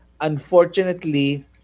Unfortunately